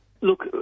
Look